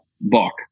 book